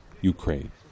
Ukraine